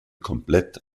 komplett